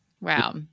Wow